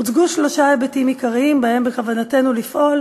הוצגו שלושה היבטים עיקריים שבהם בכוונתנו לפעול